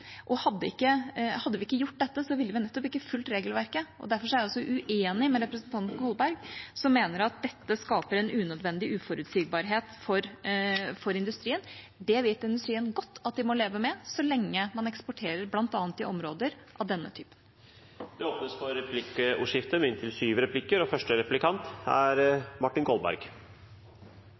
Hadde vi ikke gjort dette, ville vi nettopp ikke fulgt regelverket. Derfor er jeg uenig med representanten Kolberg, som mener at dette skaper en unødvendig uforutsigbarhet for industrien. Det vet industrien godt at de må leve med, så lenge man eksporterer bl.a. i områder av denne typen. Det blir replikkordskifte. Det er ingen grunn til å tvile på at utenriksministeren, i likhet med hele denne stortingssalen, er enig i at situasjonen i Jemen er